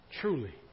truly